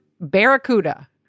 Barracuda